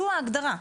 זו ההגדרה.